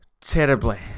terribly